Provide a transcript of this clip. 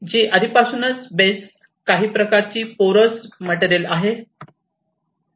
जी आधीपासूनच बेस काही प्रकारची पोरस मटेरियल आहे